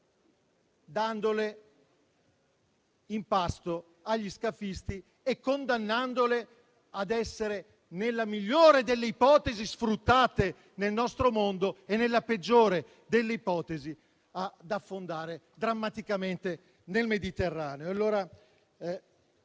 dandole in pasto agli scafisti e condannandole, nella migliore delle ipotesi, ad essere sfruttate nel nostro mondo e, nella peggiore delle ipotesi, ad affondare drammaticamente nel Mediterraneo.